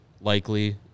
likely